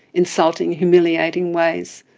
insulting, humiliating ways,